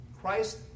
Christ